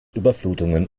überflutungen